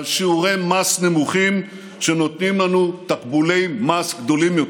של שיעורי מס נמוכים שנותנים לנו תקבולי מס גדולים יותר.